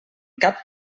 cap